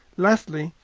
lastly,